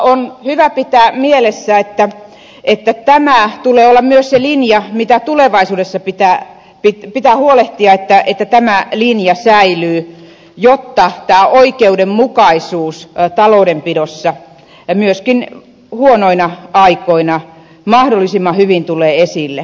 on hyvä pitää mielessä että tämän tulee olla myös se linja josta tulevaisuudessa pitää huolehtia että tämä linja säilyy jotta tämä oikeudenmukaisuus taloudenpidossa myöskin huonoina aikoina mahdollisimman hyvin tulee esille